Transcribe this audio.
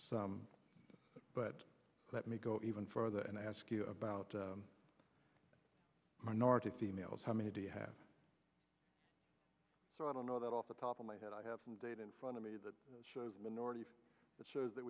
some but let me go even further and ask you about minority females how many do you have so i don't know that off the top of my head i have some data in front of me that shows minorities that shows that